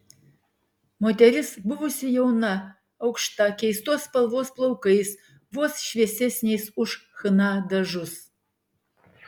moteris buvusi jauna aukšta keistos spalvos plaukais vos šviesesniais už chna dažus